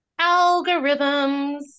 Algorithms